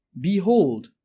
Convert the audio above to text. Behold